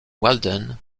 walden